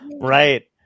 Right